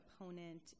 opponent